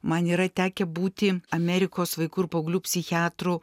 man yra tekę būti amerikos vaikų ir paauglių psichiatrų